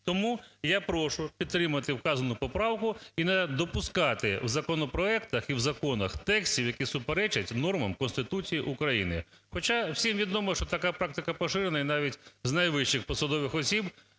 Тому я прошу підтримати вказану поправку і не допускати в законопроектах і в законах текстів, які суперечать нормам Конституції України. Хоча всім відомо, що така практика поширена, і навіть з найвищих посадових осіб,